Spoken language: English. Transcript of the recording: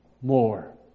more